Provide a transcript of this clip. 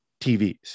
TVs